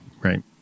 Right